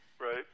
Right